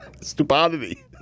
Stupidity